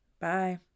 Bye